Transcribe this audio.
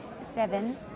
Seven